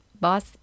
boss